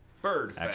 Bird